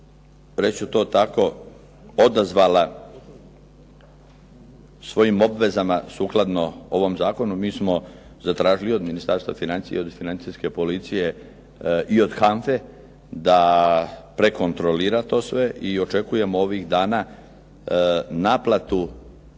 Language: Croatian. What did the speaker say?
ću to tako, odazvala svojim obvezama sukladno ovom zakonu. Mi smo zatražili od Ministarstva financija i od Financijske policije i od HANFA-e da prekontrolira to sve i očekujemo ovih dana naplatu